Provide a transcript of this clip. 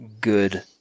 good